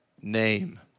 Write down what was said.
name